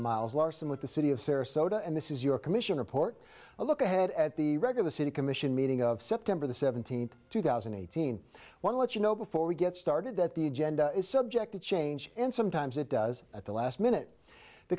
miles larsen with the city of sarasota and this is your commission report a look ahead at the regular city commission meeting of september the seventeenth two thousand and eighteen one let you know before we get started that the agenda is subject to change and sometimes it does at the last minute the